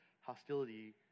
hostility